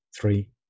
three